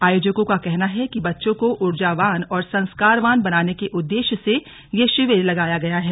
आयोजकों का कहना है कि बच्चों को ऊर्जावान और संस्कारवान बनाने के उद्देश्य से यह शिविर लगाया गया है